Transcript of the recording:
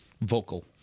vocal